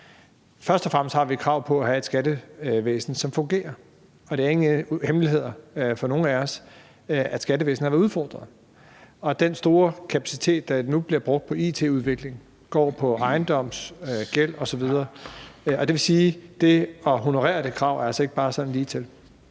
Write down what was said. Først og fremmest har vi krav på at have et skattevæsen, som fungerer, og det er ingen hemmelighed for nogen af os, at skattevæsenet har været udfordret. Den store kapacitet, der nu bliver brugt på it-udvikling, går på ejendomsgæld osv. Det vil sige, at det at honorere det krav altså ikke bare er sådan ligetil.